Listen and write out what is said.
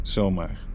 Zomaar